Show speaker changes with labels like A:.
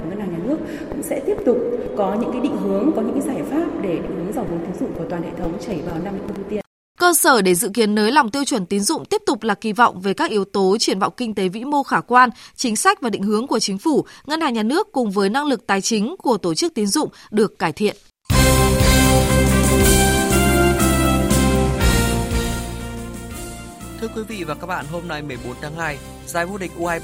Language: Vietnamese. A: Ngân hàng nhà nước cũng sẽ tiếp tục có những cái định hướng, có những cái giải pháp để hướng dòng vốn tín dụng của toàn hệ thống chảy vào năm lĩnh vực ưu tiên.
B: Cơ sở để dự kiến nới lỏng tiêu chuẩn tín dụng tiếp tục là kỳ vọng về các yếu tố triển vọng kinh tế vĩ mô khả quan, chính sách và định hướng của chính phủ, ngân hàng nhà nước cùng với năng lực tài chính của tổ chức tín dụng được cải thiện.
C: Thưa quý vị và các bạn, hôm nay 14 tháng 2, giải vô địch U23